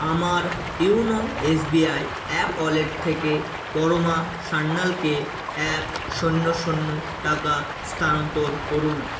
আমার YONO SBI app wallet থেকে পরমা সান্যালকে এক শূন্য শূন্য টাকা স্থানান্তর করুন